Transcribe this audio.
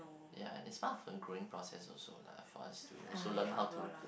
ya is part of the growing process also lah for us to also learn how to